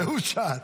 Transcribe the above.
זה הוא שאל.